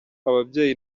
ababyeyi